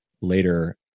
later